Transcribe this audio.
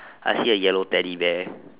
I see a yellow teddy bear